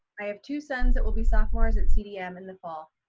i have two sons that will be sophomores at cdm in the fall.